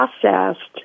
processed